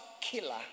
killer